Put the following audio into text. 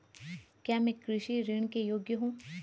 क्या मैं कृषि ऋण के योग्य हूँ?